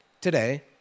today